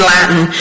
Latin